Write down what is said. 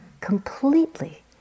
Completely